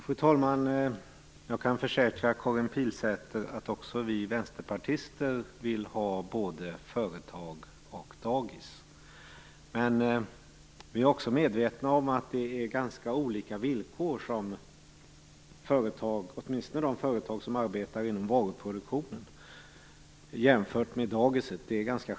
Fru talman! Jag kan försäkra Karin Pilsäter att också vi vänsterpartister vill ha både företag och dagis. Men vi är också medvetna om att det är ganska skilda villkor för företag, åtminstone de företag som arbetar inom varuproduktionen, och dagis.